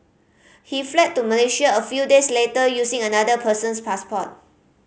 he fled to Malaysia a few days later using another person's passport